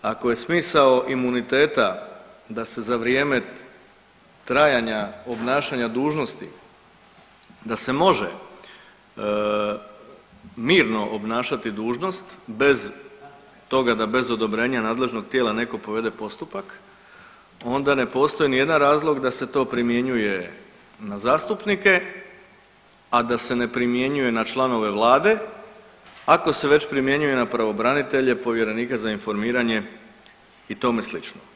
Ako je smisao imuniteta da se za vrijeme trajanja obnašanja dužnosti, da se može mirno obnašati dužnost bez toga da bez odobrenja nadležnog tijela netko povede postupak onda ne postoji ni jedan razlog da se to primjenjuje na zastupnike, a da se ne primjenjuje na članove vlade ako se već primjenjuje na pravobranitelje, povjerenika za informiranje i tome slično.